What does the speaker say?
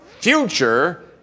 future